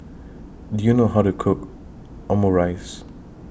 Do YOU know How to Cook Omurice